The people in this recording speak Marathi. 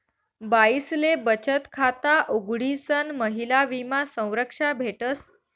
बाईसले बचत खाता उघडीसन महिला विमा संरक्षा भेटस